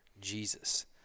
Jesus